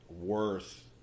worth